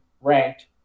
ranked